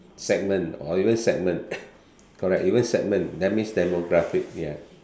segment or even segment correct even segment that means demographic ya